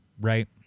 right